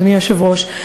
גברתי השרה,